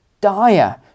dire